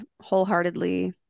wholeheartedly